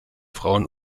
frauen